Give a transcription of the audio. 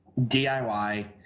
DIY